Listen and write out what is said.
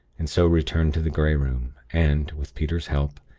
and so returned to the grey room, and, with peter's help,